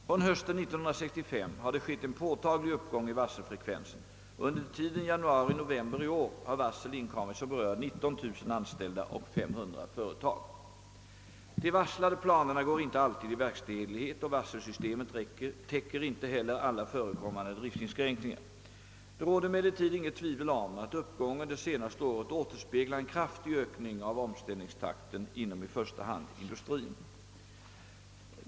Från hösten 1965 har det skett en påtaglig uppgång i varselfrekvensen, och under tiden januari— november i år har varsel inkommit som berör 19 000 anställda och 500 företag. De varslade planerna går inte alltid i verkställighet och varselsystemet täcker inte heller alla förekommande driftsinskränkningar. Det råder emellertid inget tvivel om att uppgången det senaste året återspeglar en kraftig ökning av omställningstakten inom i första hand industrien.